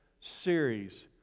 series